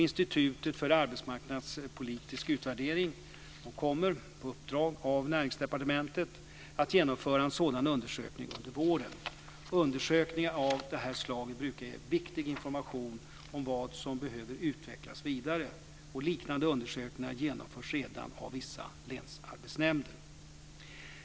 Institutet för arbetsmarknadspolitisk utvärdering kommer, på uppdrag av Näringsdepartementet, att genomföra en sådan undersökning under våren. Undersökningar av det här slaget brukar ge viktig information om vad som behöver utvecklas vidare. Liknande undersökningar genomförs redan av vissa länsarbetsnämnder.